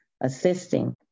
assisting